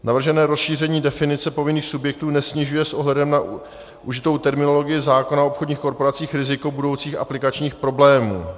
Navržené rozšíření definice povinných subjektů nesnižuje s ohledem na užitou terminologii zákona o obchodních korporacích riziko budoucích aplikačních problémů.